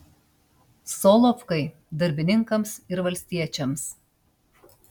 solovkai darbininkams ir valstiečiams